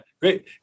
great